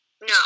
No